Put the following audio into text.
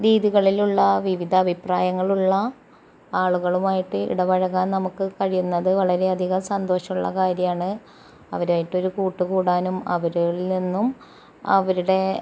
രീതികളിലുള്ള വിവിധ അഭിപ്രായങ്ങളുള്ള ആളുകളുമായിട്ട് ഇടപഴകാൻ നമുക്ക് കഴിയുന്നത് വളരെയധികം സന്തോഷമുള്ള കാര്യമാണ് അവരായിട്ടൊരു കൂട്ട് കൂടാനും അവരിൽ നിന്നും അവരുടെ